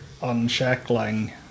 unshackling